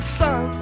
sun